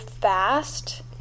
fast